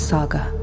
Saga